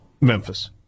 Memphis